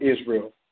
Israel